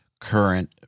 current